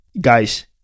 guys